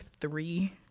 three